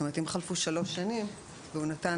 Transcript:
זאת אומרת שאם חלפו שלוש שנים והוא נתן